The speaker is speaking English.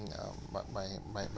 um my my my my